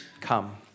come